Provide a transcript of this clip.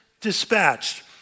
dispatched